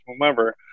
whomever